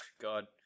God